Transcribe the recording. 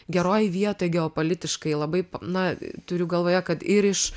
geroj vietoj geopolitiškai labai na turiu galvoje kad ir iš